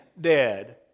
dead